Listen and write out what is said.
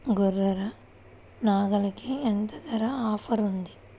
గొర్రె, నాగలికి ఎంత ధర ఆఫర్ ఉంది?